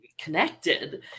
connected